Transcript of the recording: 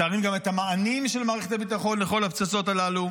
מתארים גם את המענים של מערכת הביטחון לכל הפצצות הללו.